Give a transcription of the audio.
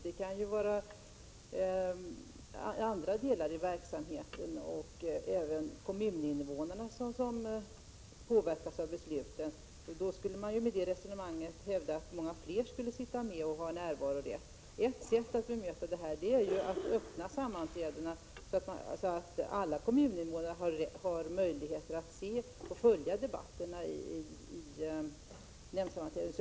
Det kan gälla andra delar av verksamheten, och även kommuninvånarna påverkas av besluten. Med Wivi-Anne Cederqvists resonemang skulle man hävda att många fler skulle ha närvarorätt. Ett sätt att bemöta detta är att öppna sammanträdena, så att alla kommuninvånare har möjligheter att se och följa debatterna vid nämndsammanträdena.